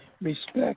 respect